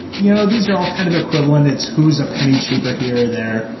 you know these are all kind of equivalent. it's who's a penny cheaper here or there.